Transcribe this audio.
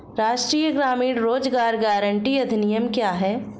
राष्ट्रीय ग्रामीण रोज़गार गारंटी अधिनियम क्या है?